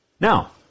Now